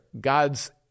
God's